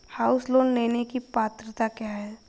House loan लेने की पात्रता क्या है?